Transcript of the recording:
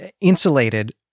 insulated